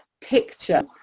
picture